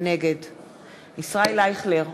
נגד ישראל אייכלר,